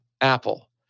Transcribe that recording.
apple